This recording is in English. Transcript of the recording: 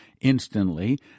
instantly